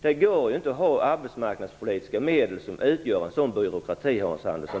Det går inte att ha arbetsmarknadspolitiska medel som utgör en sådan byråkrati, Hans Andersson.